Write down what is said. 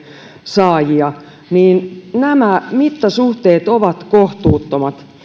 saajia niin nämä mittasuhteet ovat kohtuuttomat